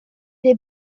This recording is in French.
des